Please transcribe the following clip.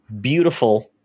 beautiful